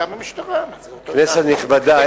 כנסת נכבדה,